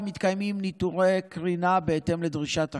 מתקיימים ניטורי קרינה בהתאם לדרישת החוק,